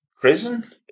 prison